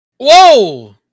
Whoa